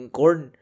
corn